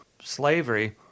slavery